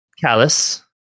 Callus